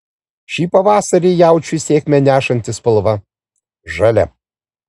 šį pavasarį jaučiui sėkmę nešantį spalva žalia